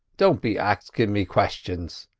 don't be axin' me questions,